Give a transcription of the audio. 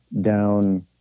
down